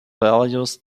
values